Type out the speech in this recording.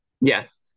Yes